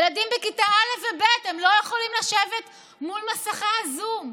ילדים בכיתה א' וב' לא יכולים לשבת מול מסכי הזום.